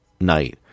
night